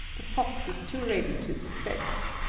the fox is too ready to suspect.